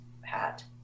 hat